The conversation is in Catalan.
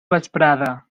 vesprada